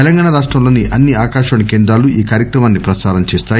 తెలంగాణా రాష్టంలోని అన్నీ ఆకాశవాణి కేంద్రాలూ ఈ కార్యక్రమాన్ని ప్రసారం చేస్తాయి